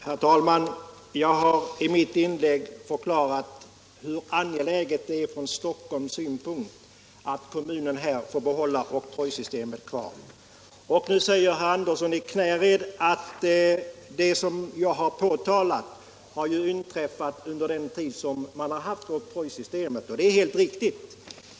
Herr talman! Jag har i mitt inlägg förklarat hur angeläget det är från Stockholms synpunkt att kommunen får behålla oktrojsystemet. Nu säger herr Andersson i Knäred att det som jag har påtalat ju har inträffat under den tid som oktrojsystemet tillämpats, och det är helt riktigt.